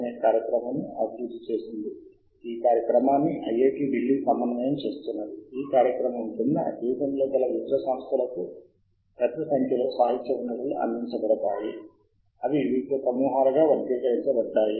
మరియు ఆ జాబితాలలో ఒక అంశం ఉన్నది అది ఖాళీ కంటైనర్ దానిని అన్ఫిల్డ్ అని పిలుస్తారు ఇది మనము మొదటిసారి లాగిన్ అయినప్పుడు ఉంటుంది ఖాళీగా ఉంటుంది కానీ మీరు సాహిత్య శోధన చేస్తూనే ఈ జాబితా వివిధ అంశాలతో నిండి ఉంటుంది